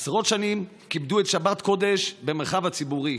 עשרות שנים כיבדו את שבת קודש במרחב הציבורי,